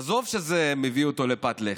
עזוב שזה מביא אותו לפת לחם,